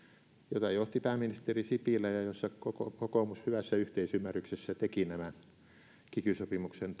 jota johti pääministeri sipilä ja jossa kokoomus hyvässä yhteisymmärryksessä teki nämä kiky sopimuksen